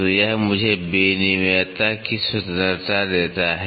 तो यह मुझे विनिमेयता की स्वतंत्रता देता है